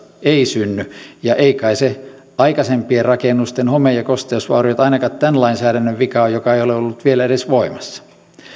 ei synny ja eivät kai aikaisempien rakennusten home ja kosteusvauriot ainakaan tämän lainsäädännön vika ole joka ei ole ollut vielä edes voimassa